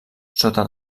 sota